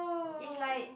is like